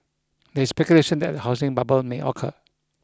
there is speculation that a housing bubble may occur